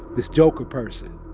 this joker person.